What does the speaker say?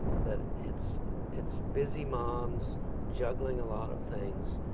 that it's it's busy moms juggling a lot of things,